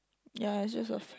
ya it's just a